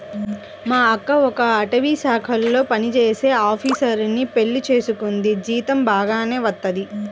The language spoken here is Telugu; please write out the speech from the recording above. మా అక్క ఒక అటవీశాఖలో పనిజేసే ఆపీసరుని పెళ్లి చేసుకుంది, జీతం బాగానే వత్తది